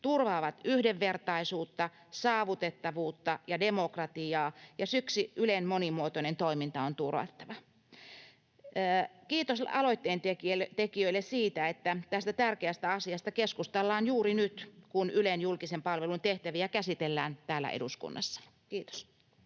turvaa yhdenvertaisuutta, saavutettavuutta ja demokratiaa, ja siksi Ylen monimuotoinen toiminta on turvattava. Kiitos aloitteen tekijöille siitä, että tästä tärkeästä asiasta keskustellaan juuri nyt, kun Ylen julkisen palvelun tehtäviä käsitellään täällä eduskunnassa. — Kiitos.